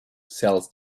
sells